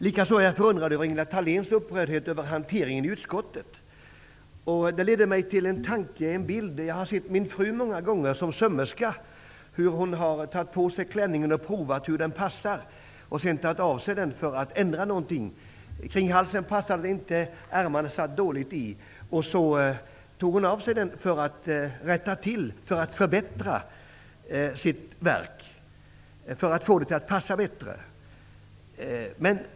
Likaså är jag förundrad över Ingela Thaléns upprördhet över hanteringen av ärendet i utskottet. Det leder mig till en bild. Jag har sett min fru, som är sömmerska, många gånger ta på sig den klänning hon har sytt för att se hur den passar och sedan ta den av sig för att förändra den något. Kring halsen passar den kanske inte, ärmarna sitter dåligt. Hon tar den av sig för att rätta till den, att förbättra sitt verk och för att få den att passa bättre.